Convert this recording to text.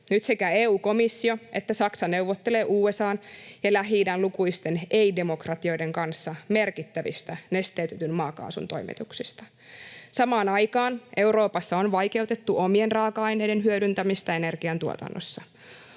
Nyt sekä EU-komissio että Saksa neuvottelevat USA:n ja Lähi-idän lukuisten ei-demokratioiden kanssa merkittävistä nesteytetyn maakaasun toimituksista. Samaan aikaan Euroopassa on vaikeutettu omien raaka-aineiden hyödyntämistä energiantuotannossa.